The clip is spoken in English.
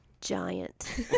Giant